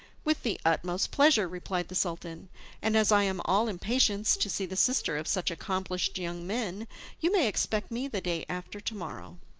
with the utmost pleasure, replied the sultan and as i am all impatience to see the sister of such accomplished young men you may expect me the day after to-morrow.